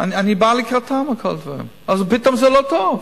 ואני בא לקראתם בכל הדברים, אבל פתאום זה לא טוב.